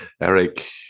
Eric